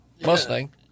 Mustang